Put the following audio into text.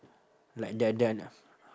like now